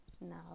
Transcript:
now